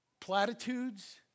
Platitudes